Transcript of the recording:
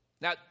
Now